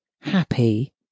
happy